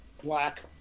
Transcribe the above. black